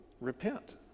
repent